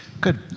Good